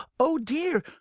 oh, dear!